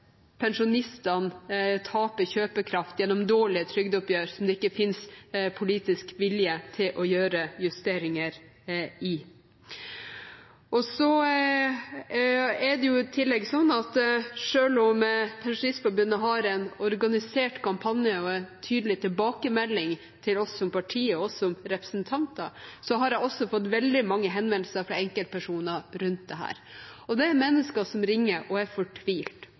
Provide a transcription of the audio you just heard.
pensjonistene taper kjøpekraft gjennom dårlige trygdeoppgjør, som det ikke finnes politisk vilje til å gjøre justeringer i. I tillegg er det sånn at selv om Pensjonistforbundet har en organisert kampanje og en tydelig tilbakemelding til oss som partier og som representanter, har jeg fått veldig mange henvendelser fra enkeltpersoner om dette. Det er mennesker som ringer og er